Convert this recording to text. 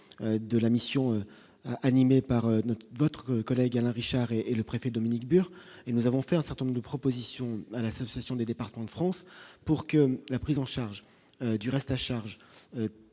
de la mission animée par note votre collègue Alain Richard et et le préfet Dominique Bur et nous avons fait un certain nombre de propositions à l'association des départements de France, pour que la prise en charge du reste à charge,